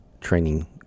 training